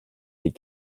des